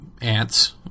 ants